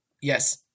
yes